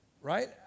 Right